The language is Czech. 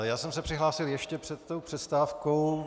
Já jsem se přihlásil ještě před přestávkou.